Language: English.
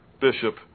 bishop